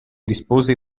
rispose